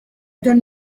don’t